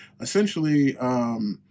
essentially